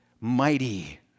mighty